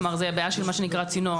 זה בעיה של מה שנקרא "צינור".